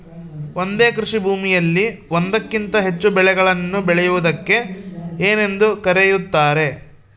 ಒಂದೇ ಕೃಷಿಭೂಮಿಯಲ್ಲಿ ಒಂದಕ್ಕಿಂತ ಹೆಚ್ಚು ಬೆಳೆಗಳನ್ನು ಬೆಳೆಯುವುದಕ್ಕೆ ಏನೆಂದು ಕರೆಯುತ್ತಾರೆ?